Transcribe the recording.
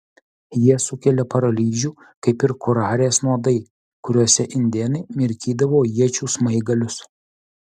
jie sukelia paralyžių kaip ir kurarės nuodai kuriuose indėnai mirkydavo iečių smaigalius